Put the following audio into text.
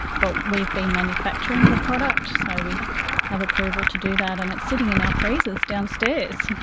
but we've been manufacturing the product so we have approval to do that, and it's sitting in our freezers downstairs.